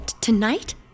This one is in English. Tonight